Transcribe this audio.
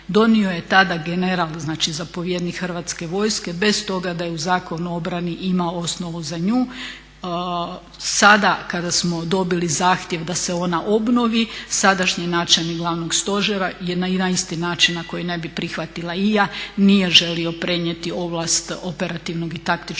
Donio ju je tada general, znači zapovjednik Hrvatske vojske bez toga da je u Zakonu o obrani imao osnovu za nju. Sada kada smo dobili zahtjeva da se ona obnovi sadašnji načelnik glavnog stožera je na jedan isti način na koji ne bi prihvatila i ja nije želio prenijeti ovlast operativnog i taktičkog